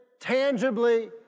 tangibly